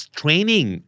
training